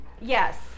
Yes